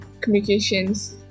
communications